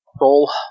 roll